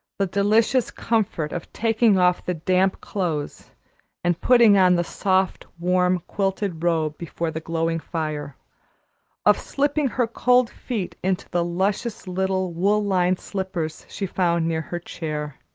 the delicious comfort of taking off the damp clothes and putting on the soft, warm, quilted robe before the glowing fire of slipping her cold feet into the luscious little wool-lined slippers she found near her chair.